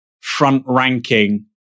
front-ranking